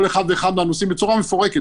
בכל אחד ואחד מהנושאים בצורה מפורקת,